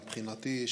מבחינתי,